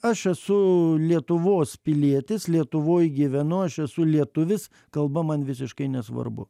aš esu lietuvos pilietis lietuvoj gyvenu aš esu lietuvis kalba man visiškai nesvarbu